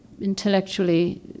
intellectually